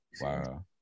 Wow